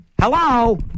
Hello